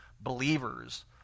believers